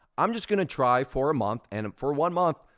i'm just gonna try for a month, and for one month,